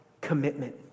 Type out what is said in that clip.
commitment